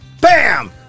Bam